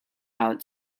out